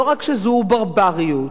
לא רק שזו ברבריות,